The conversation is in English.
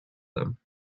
them